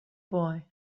boy